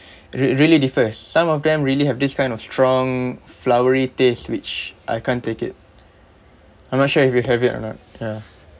rea~ really differs some of them really have this kind of strong flowery taste which I can't take it I'm not sure if you have it or not ya